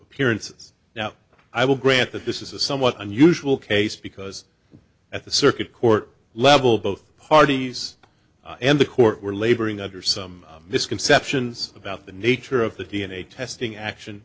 appearances now i will grant that this is a somewhat unusual case because at the circuit court level both parties and the court were laboring under some misconceptions about the nature of the d n a testing action